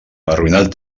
arruïnat